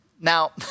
Now